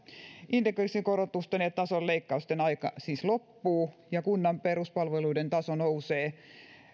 indeksikorotusten ja tason leikkausten aika siis loppuu ja kunnan peruspalveluiden taso nousee